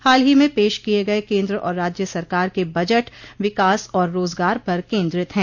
हाल ही में पेश किये गये केन्द्र और राज्य सरकार के बजट विकास और रोजगार पर केन्द्रित हैं